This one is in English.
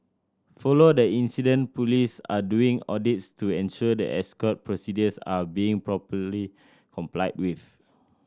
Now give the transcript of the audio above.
follow the incident police are doing audits to ensure that escort procedures are being properly complied with